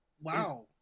Wow